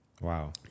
Wow